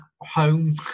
home